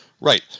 Right